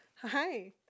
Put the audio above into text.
Hi